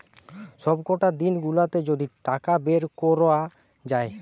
সবকটা দিন গুলাতে যদি টাকা বের কোরা যায়